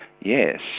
Yes